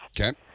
Okay